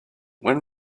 when